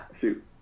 shoot